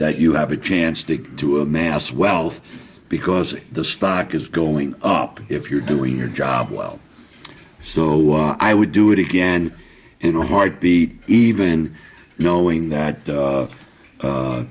that you have a chance to get to amass wealth because the stock is going up if you're doing your job well so i would do it again in a heartbeat even knowing that